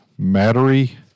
Mattery